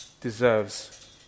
deserves